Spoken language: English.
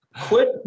Quit